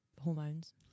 hormones